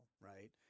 right